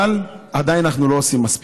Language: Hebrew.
אבל אנחנו עדיין לא עושים מספיק.